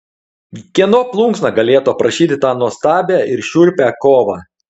kieno plunksna galėtų aprašyti tą nuostabią ir šiurpią kovą